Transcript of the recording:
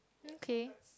okay